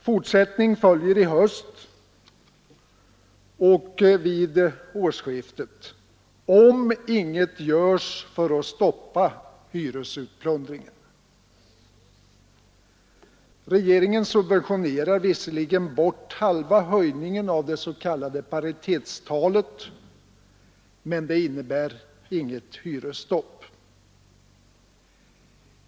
Fortsättning följer i höst och vid årsskiftet om inget görs för att stoppa hyresutplundringen. Regeringen subventionerar visserligen halva höjningen av det s.k. paritetstalet, men det innebär inget hyresstopp.